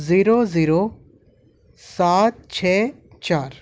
zero zero سات چھ چار